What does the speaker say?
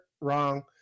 wrong